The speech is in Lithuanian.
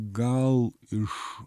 gal iš